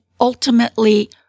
ultimately